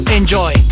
enjoy